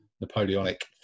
napoleonic